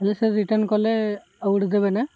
ହେଲେ ସେଟା ରିଟର୍ନ କଲେ ଆଉଗୋଟେ ଦେବେ ନା